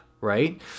Right